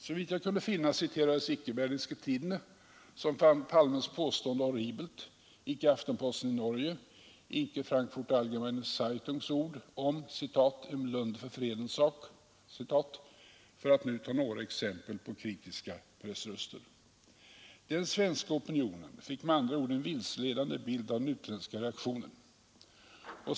Såvitt jag kunde finna citerades icke Berlingske Tidende, som fann Palmes påstående horribelt, icke Aftenposten i Norge, icke Frankfurter Allgemeine Zeitungs ord ”en blunder för fredens sak”, för att nu ta några exempel på kritiska pressröster. Den svenska opinionen fick med andra ord en vilseledande bild av den utländska reaktionen.